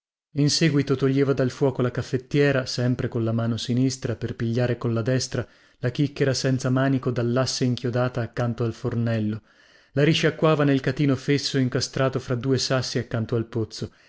in seguito toglieva dal fuoco la caffettiera sempre colla mano sinistra per pigliare colla destra la chicchera senza manico dallasse inchiodata accanto al fornello la risciacquava nel catino fesso incastrato fra due sassi accanto al pozzo